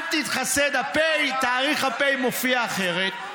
תתחסד, תאריך הפ' מוכיח אחרת,